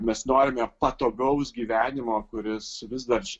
mes norime patogaus gyvenimo kuris vis dar